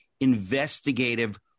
investigative